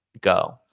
go